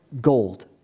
gold